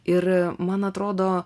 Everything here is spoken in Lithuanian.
ir man atrodo